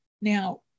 Now